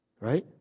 Right